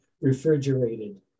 refrigerated